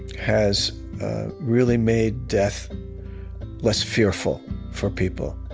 has really made death less fearful for people